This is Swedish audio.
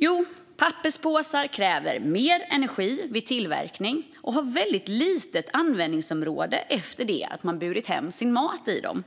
Jo, papperspåsar kräver mer energi vid tillverkning och har väldigt litet användningsområde efter det att man burit hem sin mat i dem.